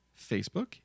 Facebook